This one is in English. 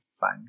fine